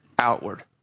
outward